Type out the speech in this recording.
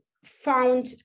found